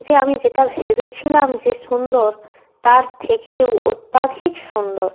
যে আমি যেটা ভেবেছিলাম যে সুন্দর তার থেকেও অত্যধিক সুন্দর